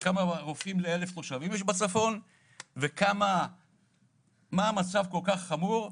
כמה רופאים ל-1,000 תושבים וכמה המצב חמור.